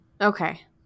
Okay